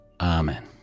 Amen